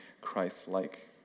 Christ-like